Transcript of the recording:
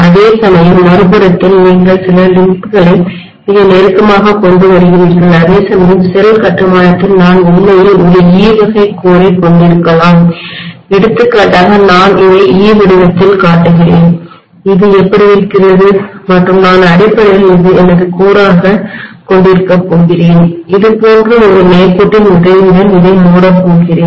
அதேசமயம் மறுபுறத்தில் நீங்கள் சில லிம்ப்களை மிக நெருக்கமாக கொண்டு வருகிறீர்கள் அதேசமயம் ஷெல் கட்டுமானத்தில் நான் உண்மையில் ஒரு E வகை கோரைக் கொண்டிருக்கலாம் எடுத்துக்காட்டாக நான் இதை E வடிவத்தில் காட்டுகிறேன் இது எப்படி இருக்கிறது மற்றும் நான் அடிப்படையில் இதை எனது கோராக மையமாகக் கொண்டிருக்கப் போகிறேன் இது போன்ற ஒரு நேர் கோட்டின் உதவியுடன் இதை மூடப் போகிறேன்